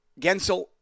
Gensel